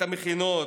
את המכינות,